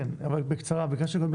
כן, אבל בקצרה כי אנחנו מוגבלים בזמן.